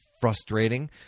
frustrating